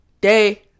day